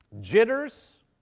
jitters